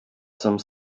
some